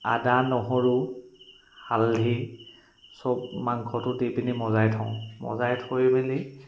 আদা নহৰু হালধি চব মাংসটো দি পিনি মজাই থওঁ মজাই থৈ মেলি